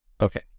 Okay